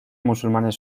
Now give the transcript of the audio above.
musulmanes